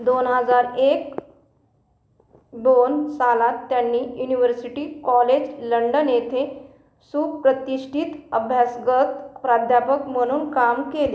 दोन हजार एक दोन सालात त्यांनी युनिवर्सिटी कॉलेज लंडन येथे सुप्रतिष्ठित अभ्यागत प्राध्यापक म्हणून काम केले